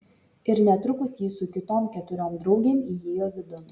ir netrukus ji su kitom keturiom draugėm įėjo vidun